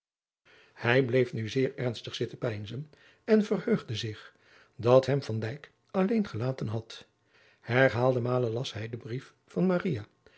hij bleef nu zeer ernstig zitten peinzen en verheugde zich dat hem van dijk alleen gelaten had herhaalde malen las hij den brief van